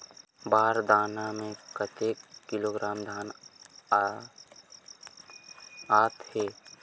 बार दाना में कतेक किलोग्राम धान आता हे?